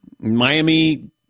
Miami